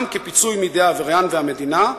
גם בפיצוי מידי העבריין והמדינה,